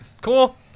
cool